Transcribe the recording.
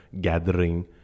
gathering